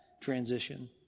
transition